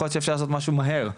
יכול להיות שאפשר לעשות משהו מהר,